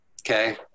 okay